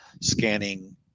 scanning